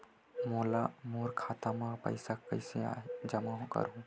मोर खाता म पईसा कइसे जमा करहु?